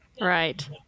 Right